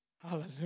Hallelujah